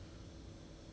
几时出来的